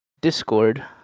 Discord